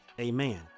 Amen